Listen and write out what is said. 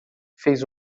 fez